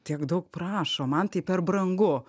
tiek daug prašo man tai per brangu